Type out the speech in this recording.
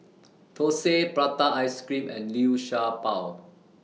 Thosai Prata Ice Cream and Liu Sha Bao